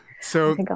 So-